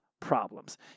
problems